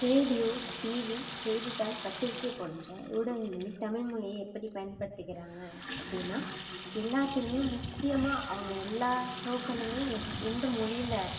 radio TV செய்தித்தாள் பத்திரிக்கை போன்ற ஊடகங்களின் தமிழ் மொழியை எப்படி பயன்படுத்துகிறாங்க அப்படினா எல்லாத்துலேயுமே முக்கியமாக அவங்க எல்லா ஷோகளுமே எந்த மொழியில